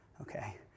Okay